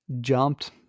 jumped